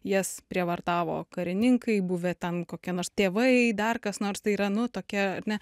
jas prievartavo karininkai buvę ten kokie nors tėvai dar kas nors tai yra nu tokia ar ne